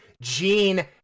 Gene